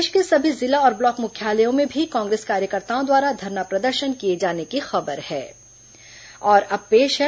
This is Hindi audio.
प्रदेश के सभी जिला और ब्लॉक मुख्यालयों में भी कांग्रेस कार्यकर्ताओं द्वारा धरना प्रदर्शन किए जाने की खबर है